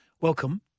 Welcome